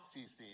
CC